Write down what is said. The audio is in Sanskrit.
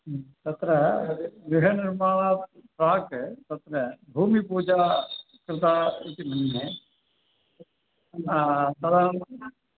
तत्र गृहनिर्माणात् प्राक् तत्र भूमिपूजा कृता इति मन्ये तदा